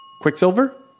Quicksilver